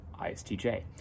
ISTJ